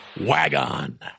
Wagon